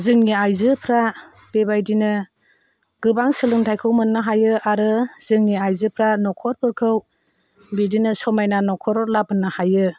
जोंनि आयजोफ्रा बेबादिनो गोबां सोलोंथायखौ मोन्नो हायो आरो जोंनि आयजोफ्रा नखरफोरखौ बिदिनो समायना नखर लाबोनो हायो